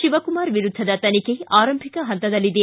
ಶಿವಕುಮಾರ ವಿರುದ್ಧದ ತನಿಖೆ ಆರಂಭಿಕ ಹಂತದಲ್ಲಿದೆ